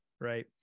Right